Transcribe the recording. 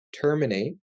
terminate